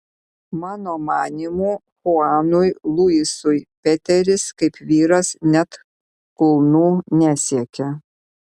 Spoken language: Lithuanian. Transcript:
mano manymu chuanui luisui peteris kaip vyras net kulnų nesiekia